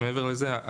מעבר לזה,